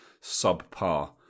subpar